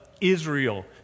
Israel